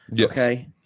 Okay